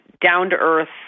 down-to-earth